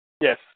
Yes